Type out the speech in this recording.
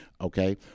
Okay